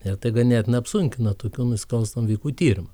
ir tai ganėtinai apsunkina tokių nusikalstamų veikų tyrimą